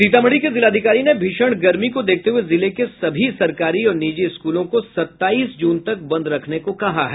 सीतामढ़ी के जिलाधिकारी ने भीषण गर्मी को देखते हुए जिले के सभी सरकारी और निजी स्कूलों को सताईस जून तक बंद रखने को कहा है